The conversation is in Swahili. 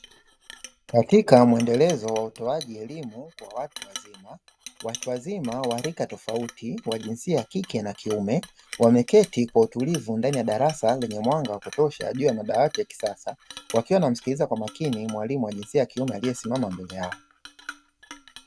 Katika mwendelezo wa utoaji elimu kwa watu wazima, watu wazima wa rika tofauti wa jinsia ya kike na kiume, wameketi kwa utulivu ndani ya darasa lenye mwanga wa kutosha juu ya madawati ya kisasa, wakimsikiliza kwa makini mwalimu ya jinsia ya kiume aliesimama mbele yao.